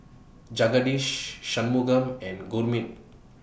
Jagadish Shunmugam and Gurmeet